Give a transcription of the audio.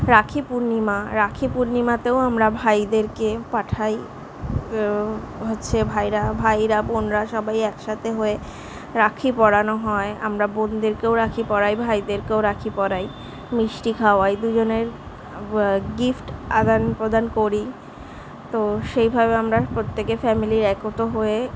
রাখী পূর্ণিমা রাখী পূর্ণিমাতেও আমরা ভাইদেরকে পাঠাই হচ্ছে ভাইরা ভাইরা বোনরা সবাই একসাথে হয়ে রাখী পরানো হয় আমরা বোনদেরকেও রাখী পরাই ভাইদেরকেও রাখী পরাই মিষ্টি খাওয়াই দুজনের গিফট আদান প্রদান করি তো সেইভাবে আমরা প্রত্যেকে ফ্যামিলি একতো হয়ে